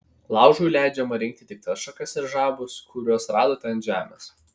laužui leidžiama rinkti tik tas šakas ir žabus kuriuos radote ant žemės